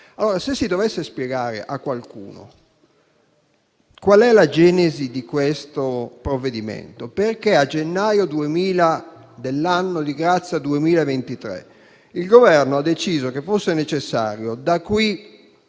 se si dovesse spiegare a qualcuno la genesi di questo provvedimento, perché a gennaio dell'anno di grazia 2023 il Governo abbia deciso che fosse necessario, da qui